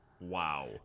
wow